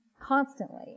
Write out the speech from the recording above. constantly